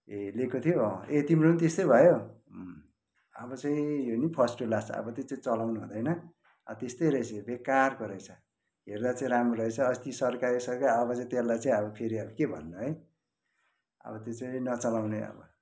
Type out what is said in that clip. ए ल्याएको थियो अँ ए तिम्रो पनि त्यस्तै भयो अब चाहिँ यो नि फर्स्ट टू लास्ट अब त्यो चाहिँ चलाउनु हुँदैन अब त्यस्तै रहेछ यो बेकारको रहेछ हेर्दा चाहिँ राम्रो रहेछ अस्ति सर्कायो सर्कायो अब चाहिँ त्यसलाई चाहिँ अब फेरि अब के भन्नु है अब त्यो चाहिँ नचलाउने अब